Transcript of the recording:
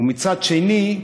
ומצד שני,